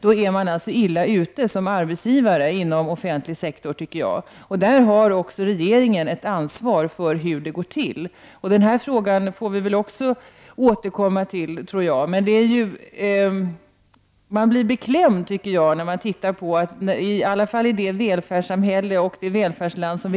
Då tycker jag att man som arbetsgivare inom den offentliga sektorn är illa ute. Där har regeringen ett ansvar för hur det får gå till. Jag tror att vi får återkomma också till den här frågan. Jag tycker att det är beklämmande att se att det är just de här delarna i vårt välfärdssamhälle, vårt välfärdsland, som